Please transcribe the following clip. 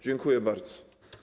Dziękuję bardzo.